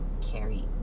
carry